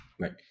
Right